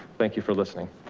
thank you for listening.